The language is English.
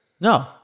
No